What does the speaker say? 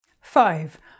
Five